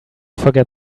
forget